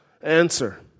answer